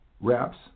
reps